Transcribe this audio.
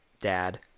dad